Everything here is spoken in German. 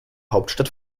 hauptstadt